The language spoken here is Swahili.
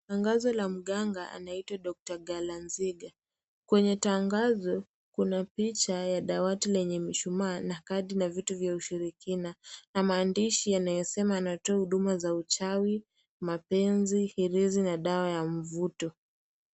Tangazo la mganga anayeitwa Dr Galazinga. Kwenye tangazo, kuna dawati lenye mshumaa na kadi na vitu vya ushirikina. Na maandishi yanayosema anatoa huduma za uchawi, mapenzi, hirisi na dawa ya mvuto.